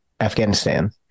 Afghanistan